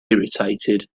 irritated